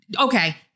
okay